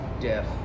death